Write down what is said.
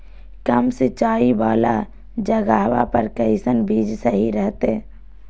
कम सिंचाई वाला जगहवा पर कैसन बीज सही रहते?